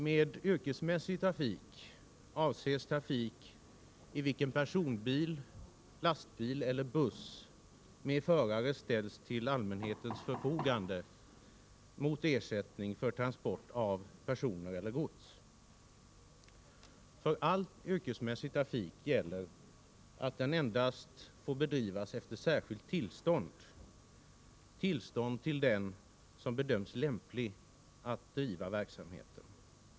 Med yrkesmässig trafik avses trafik i vilken personbil, lastbil eller buss med förare ställs till allmänhetens förfogande mot ersättning för transport av personer eller gods. För all yrkesmässig trafik gäller att den endast får bedrivas efter särskilt tillstånd till den som bedöms lämplig att bedriva verksamheten.